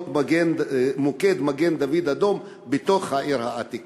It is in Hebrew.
לפחות מוקד מגן-דוד-אדום בתוך העיר העתיקה.